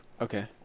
Okay